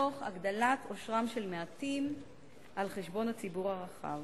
תוך הגדלת עושרם של מעטים על חשבון הציבור הרחב.